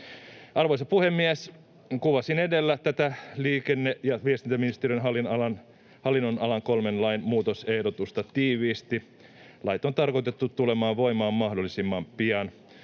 Arvoisa puhemies! Kuvasin edellä tätä liikenne‑ ja viestintäministeriön hallinnonalan kolmen lain muutosehdotusta tiiviisti. Lait on tarkoitettu tulemaan voimaan mahdollisimman pian.